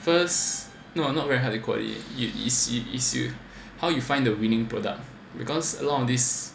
first no not very hard to coordinate it is it is you how you find the winning product because a lot of this